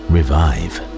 Revive